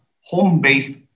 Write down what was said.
home-based